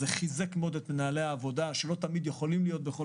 זה חיזק מאוד את מנהלי העבודה שלא תמיד יכולים להיות בכל